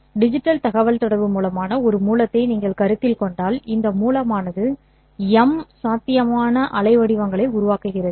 digital தகவல்தொடர்பு மூலமான ஒரு மூலத்தை நீங்கள் கருத்தில் கொண்டால் இந்த மூலமானது M சாத்தியமான அலைவடிவங்களை உருவாக்குகிறது